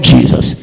Jesus